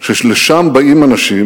ולשם באים אנשים,